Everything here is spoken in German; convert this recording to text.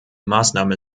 maßnahme